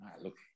Look